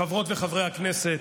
חברות וחברי הכנסת,